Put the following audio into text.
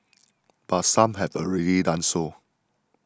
but some have already done so